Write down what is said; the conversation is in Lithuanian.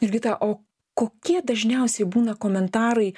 jurgita o kokie dažniausiai būna komentarai